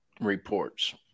reports